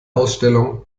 ausstellung